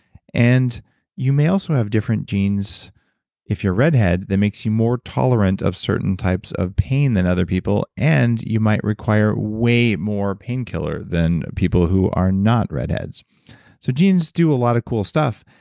and you may also have different genes if you're a redhead that makes you more tolerant of certain types of pain than other people, and you might require way more painkiller than people who are not redheads so genes do a lot of cool stuff,